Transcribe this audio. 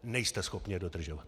Nejste schopni je dodržovat!